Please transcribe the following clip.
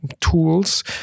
tools